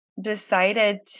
decided